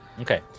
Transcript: Okay